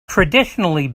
traditionally